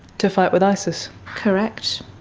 to fight with isis? correct.